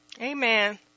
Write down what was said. Amen